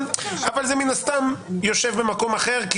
אבל זה מן הסתם יושב במקום אחר,